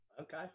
Okay